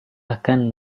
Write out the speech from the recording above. akan